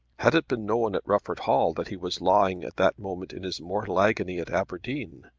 had it been known at rufford hall that he was lying at that moment in his mortal agony at aberdeen,